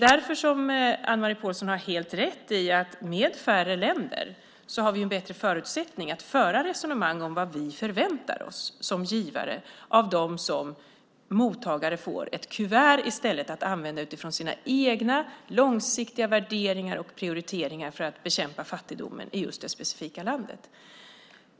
Anne-Marie Pålsson har helt rätt i att med färre länder har vi en bättre förutsättning att föra resonemang om vad vi som givare väntar oss när de som mottagare får ett kuvert att använda utifrån deras egna långsiktiga värderingar och prioriteringar för att bekämpa fattigdomen i det specifika landet.